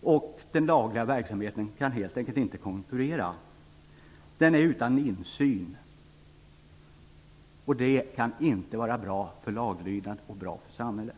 vilket gör att den lagliga verksamheten helt enkelt inte kan konkurrera. Den är utan insyn. Detta kan inte vara bra för laglydnaden och för samhället.